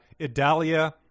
Idalia